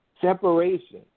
separation